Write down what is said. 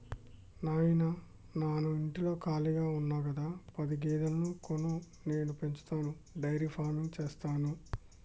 నాయిన నాను ఇంటిలో కాళిగా ఉన్న గదా పది గేదెలను కొను నేను పెంచతాను డైరీ ఫార్మింగ్ సేస్తాను